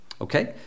okay